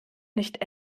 nicht